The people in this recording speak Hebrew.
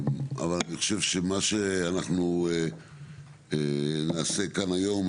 אבל אני חושב שמה שאנחנו נעשה כאן היום,